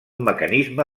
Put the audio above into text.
mecanisme